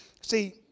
See